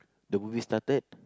the movie started